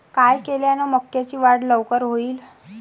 काय केल्यान मक्याची वाढ लवकर होईन?